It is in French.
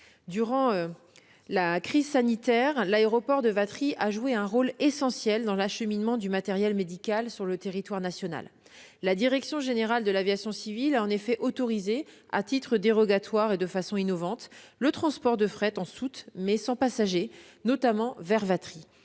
Durant la crise sanitaire, l'aéroport de Vatry a joué un rôle essentiel dans l'acheminement du matériel médical sur le territoire national. La direction générale de l'aviation civile a en effet autorisé, à titre dérogatoire et de façon innovante, le transport du fret en soute, mais sans passagers, notamment vers Vatry.